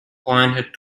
pointed